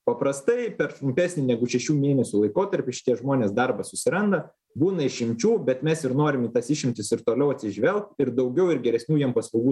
paprastai per trumpesnį negu šešių mėnesių laikotarpį šitie žmonės darbą susiranda būna išimčių bet mes ir norim į tas išimtis ir toliau atsižvelgt ir daugiau ir geresnių jiem paslaugų